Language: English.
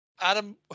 Adam